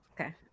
Okay